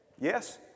yes